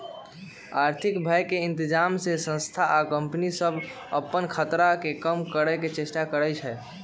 आर्थिक भय के इतजाम से संस्था आ कंपनि सभ अप्पन खतरा के कम करए के चेष्टा करै छै